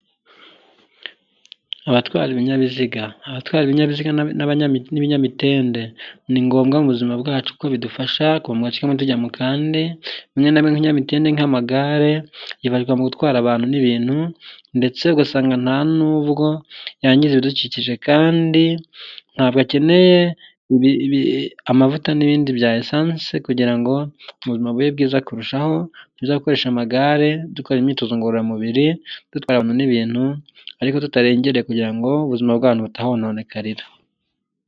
Abatwara ibinyabiziga. Abatwara ibinyabiziga n'abanyami n'ibinyamitende, ni ngombwa mu buzima bwacu kuko bidufasha kuva muduce tumwe cyangwa' tujya mu tundi, ibinyamitende nk'amagare byifashishwa mu gutwara abantu n'ibintu, ndetse ugasanga ntanubwo byangiza ibidukikije, kandi ntabwo akeneye amavuta n'ibindi bya esanse, kugira ngo ubuzima bube bwiza kurushaho.. Ni byiza gukoresha amagare dukora imyitozo ngororamubiri, dutwara abantu n'ibintu ariko tutarengereye kugira ngo ubuzima bw'abantu butahononenekarira.